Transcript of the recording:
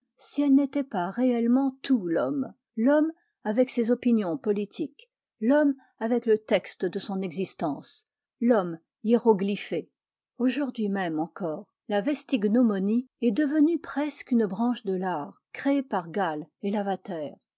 si elle n'était pas réellement tout l'honmie l'homme avec ses opinions politiques l'homme avec le texte de son existence l'homme hiéroglyphe aujourd'hui même encore la vestignomonie est devenue presque une branche de l'art créé par gall et